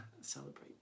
celebrate